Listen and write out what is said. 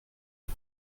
est